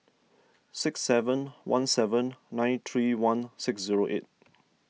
six seven one seven nine three one six zero eight